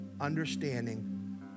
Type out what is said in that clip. understanding